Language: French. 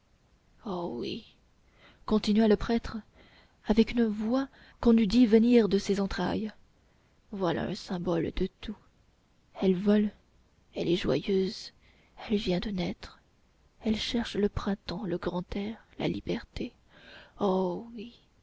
oh oui continua le prêtre avec une voix qu'on eût dit venir de ses entrailles voilà un symbole de tout elle vole elle est joyeuse elle vient de naître elle cherche le printemps le grand air la liberté oh oui